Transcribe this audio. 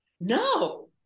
No